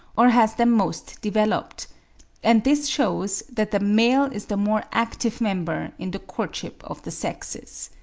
or has them most developed and this shews that the male is the more active member in the courtship of the sexes.